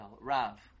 Rav